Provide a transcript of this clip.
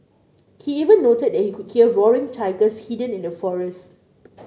he even noted that he could hear roaring tigers hidden in the forest